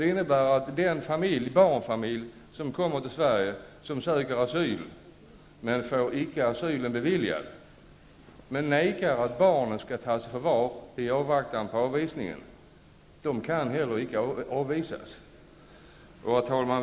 Det innebär att den barnfamilj som söker asyl i Sverige men inte får ansökan beviljad och som vägrar att låta barnet tas i förvar i avvaktan på avvisningen heller icke kan avvisas. Herr talman!